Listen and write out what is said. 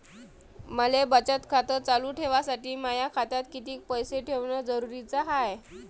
मले बचत खातं चालू ठेवासाठी माया खात्यात कितीक पैसे ठेवण जरुरीच हाय?